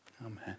Amen